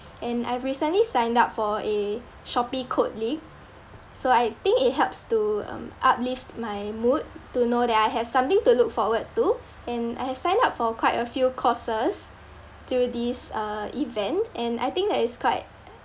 and I've recently signed up for a shopee code league so I think it helps to um uplift my mood to know that I have something to look forward to and I have signed up for quite a few courses through this uh event and I think that it's quite